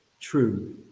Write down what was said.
true